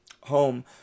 home